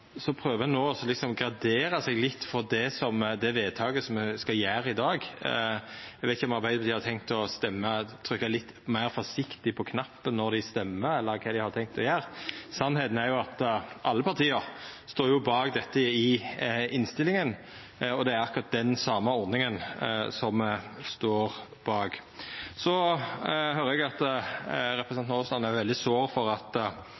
prøver ein no å gradera seg litt frå det vedtaket me skal gjera i dag. Eg veit ikkje om Arbeidarpartiet har tenkt å trykkja litt meir forsiktig på knappen når dei stemmer, eller kva dei har tenkt å gjera. Sanninga er jo at alle parti står bak dette i innstillinga, og det er akkurat den same ordninga me står bak. Så høyrer eg at representanten Aasland er veldig sår for at